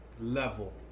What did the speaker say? level